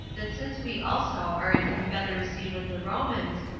that since we also are in confederacy with the romans,